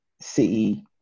City